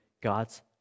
God's